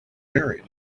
married